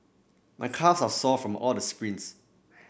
my calves are sore from all the sprints